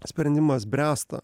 sprendimas bręsta